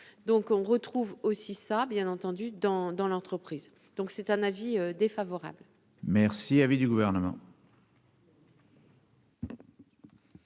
donc, on retrouve aussi ça bien entendu dans dans l'entreprise, donc c'est un avis défavorable. Merci. Le gouvernement.